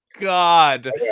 God